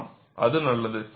ஆம் அது நல்லது